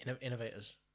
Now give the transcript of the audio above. Innovators